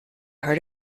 heard